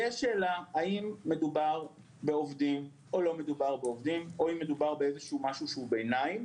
האם מדובר בעובדים או לא מדובר בעובדים או אם מדובר במשהו ביניים.